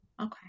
okay